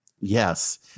yes